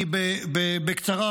בקצרה,